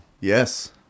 yes